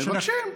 מבקשים.